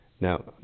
Now